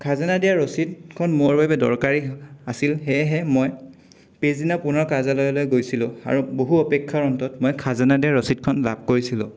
খাজানা দিয়া ৰচিদখন মোৰ বাবে দৰকাৰী আছিল সেয়েহে মই পিছদিনা পুনৰ কাৰ্যালয়লৈ গৈছিলোঁ আৰু বহু অপেক্ষাৰ অন্তত মই খাজানা দিয়াৰ ৰচিদখন লাভ কৰিছিলোঁ